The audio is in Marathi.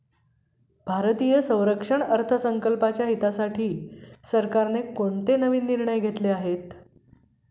भारतीय संरक्षण अर्थसंकल्पाच्या हितासाठी सरकारने कोणते नवीन निर्णय घेतले आहेत?